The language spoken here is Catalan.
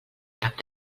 cap